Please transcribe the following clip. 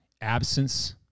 absence